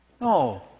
No